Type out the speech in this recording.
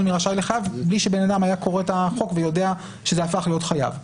מרשאי לחייב בלי שבן אדם שהיה קורא את החוק היה יודע שזה הפך להיות חייב.